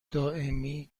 دائمی